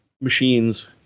machines